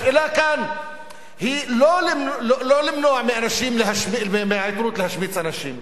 השאלה כאן היא לא למנוע מהעיתונות להשמיץ אנשים.